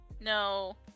No